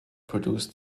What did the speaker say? produced